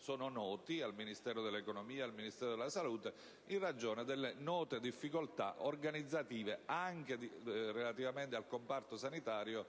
sono noti ai Ministeri dell'economia e della salute, in ragione delle note difficoltà organizzative, anche relativamente al comparto sanitario,